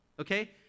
Okay